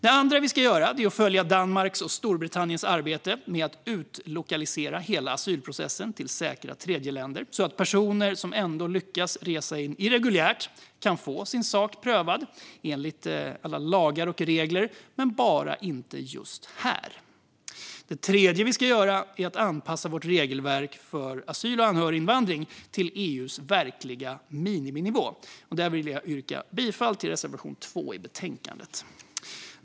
Det andra vi ska göra är att följa Danmarks och Storbritanniens arbete med att utlokalisera hela asylprocessen till säkra tredjeländer så att personer som ändå lyckas resa in irreguljärt kan få sin sak prövad enligt lagar och regler, bara inte just här. Det tredje vi ska göra är att anpassa vårt regelverk för asyl och anhöriginvandring till EU:s verkliga miniminivå. Där vill jag yrka bifall till reservation 2 i betänkandet.